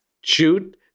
shoot